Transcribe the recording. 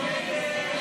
ההסתייגויות